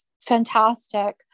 fantastic